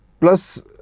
plus